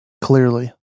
clearly